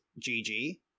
GG